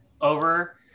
over